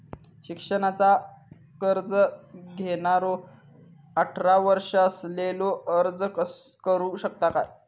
शिक्षणाचा कर्ज घेणारो अठरा वर्ष असलेलो अर्ज करू शकता काय?